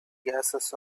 gases